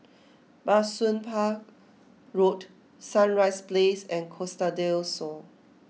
Bah Soon Pah Road Sunrise Place and Costa del Sol